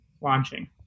launching